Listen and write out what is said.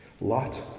Lot